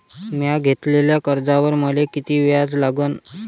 म्या घेतलेल्या कर्जावर मले किती व्याज लागन?